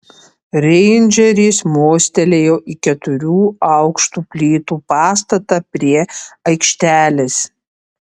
reindžeris mostelėjo į keturių aukštų plytų pastatą prie aikštelės